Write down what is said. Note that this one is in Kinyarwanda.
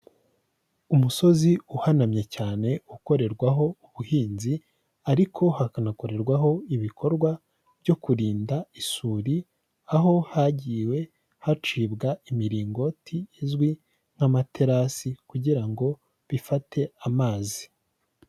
Umusozi uhanamye cyane ukorerwaho ubuhinzi ariko hakanakorerwaho ibikorwa byo kurinda isuri, aho hagiwe hacibwa imiringoti izwi nk'amaterasi kugira ngo bifate amazi.